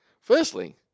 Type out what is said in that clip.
firstly